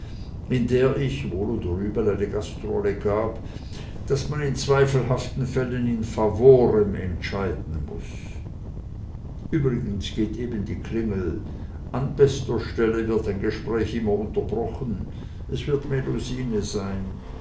in der ich wohl oder übel eine gastrolle gab daß man in zweifelhaften fällen in favorem entscheiden muß übrigens geht eben die klingel an bester stelle wird ein gespräch immer unterbrochen es wird melusine sein